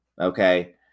Okay